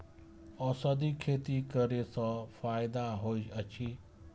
औषधि खेती करे स फायदा होय अछि?